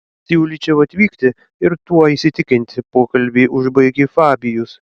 siūlyčiau atvykti ir tuo įsitikinti pokalbį užbaigė fabijus